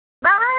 Bye